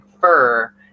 fur